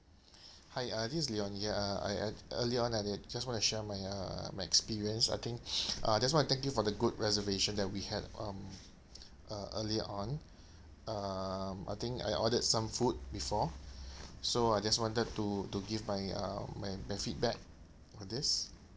hi uh this is leon here uh I I earlier on I ha~ I just want to share my uh my experience I think I just want to thank you for the good reservation that we had um uh earlier on um I think I ordered some food before so I just wanted to to give my uh my my feedback for this